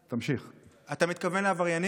אתה מתכוון לעבריינים?